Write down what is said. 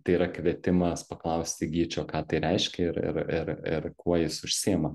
tai yra kvietimas paklausti gyčio ką tai reiškia ir ir ir ir kuo jis užsiima